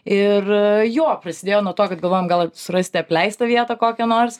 ir jo prasidėjo nuo to kad galvojom gal surasti apleistą vietą kokią nors